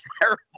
terrible